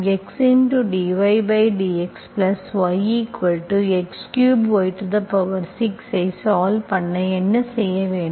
xdydx y x3 y6 ஐ solve பண்ண என்ன செய்ய வேண்டும்